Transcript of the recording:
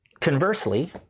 conversely